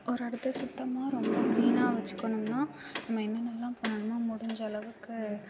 ஒரு இடத்த சுத்தமாக ரொம்ப க்ளீன்னா வச்சிக்கணும்ன்னா நம்ம என்னென்னலாம் பண்ணணுன்னா முடிஞ்சளவுக்கு